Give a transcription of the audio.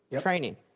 training